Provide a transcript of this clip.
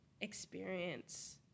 experience